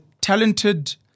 talented